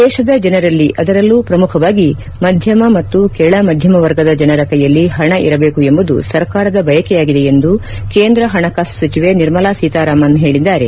ದೇಶದ ಜನರಲ್ಲಿ ಅದರಲ್ಲೂ ಪ್ರಮುಖವಾಗಿ ಮಧ್ಯಮ ಮತ್ತು ಕೆಳಮಧ್ಯಮ ವರ್ಗದ ಜನರ ಕೈಯಲ್ಲಿ ಹಣ ಇರಬೇಕು ಎಂಬುದು ಸರ್ಕಾರದ ಬಯಕೆಯಾಗಿದೆ ಎಂದು ಕೇಂದ್ರ ಹಣಕಾಸು ಸಚಿವೆ ನಿರ್ಮಲಾ ಸೀತಾರಾಮನ್ ಹೇಳಿದ್ದಾರೆ